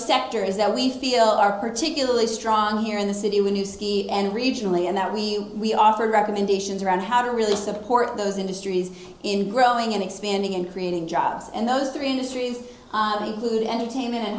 scepter is that we feel are particularly strong here in the city when you ski and regionally and that we offer recommendations around how to really support those industries in growing and expanding and creating jobs and those three industries good entertainment and